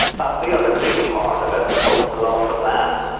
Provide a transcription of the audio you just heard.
but the other big part of it was the loss of land.